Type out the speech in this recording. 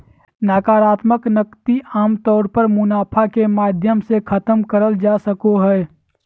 नाकरात्मक नकदी आमतौर पर मुनाफा के माध्यम से खतम करल जा सको हय